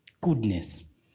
goodness